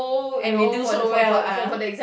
and we do so well ah